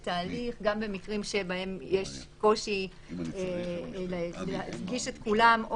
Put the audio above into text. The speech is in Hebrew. ההליך גם במקרים שבהם יש קושי להפגיש את כולם,